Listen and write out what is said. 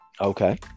Okay